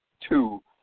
Two